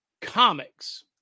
comics